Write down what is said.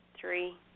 three